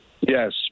Yes